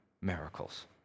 miracles